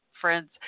friends